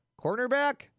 cornerback